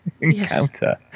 encounter